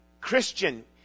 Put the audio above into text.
Christian